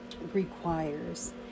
requires